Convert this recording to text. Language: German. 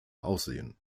aussehen